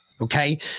Okay